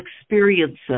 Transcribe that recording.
experiences